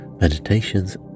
meditations